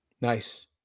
Nice